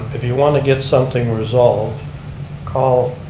if you want to get something resolved call